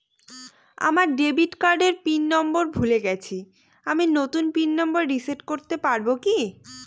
আমার ডেবিট কার্ডের pin number ভুলে গেছি আমি নূতন পিন নম্বর রিসেট করতে পারবো কি?